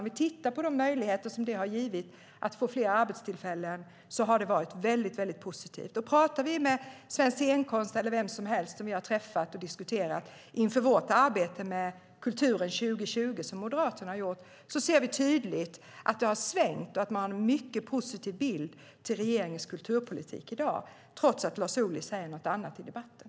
Vi kan titta på de möjligheter som det har givit att få fler arbetstillfällen. Det har varit väldigt positivt. Och pratar vi med Svensk Scenkonst eller vem som helst som vi har träffat och diskuterat med inför vårt arbete med kulturen 2020, som Moderaterna har gjort, ser vi tydligt att det har svängt och att man har en mycket positiv bild av regeringens kulturpolitik i dag, trots att Lars Ohly säger något annat i debatten.